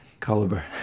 caliber